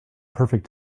perfect